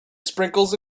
sprinkles